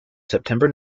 september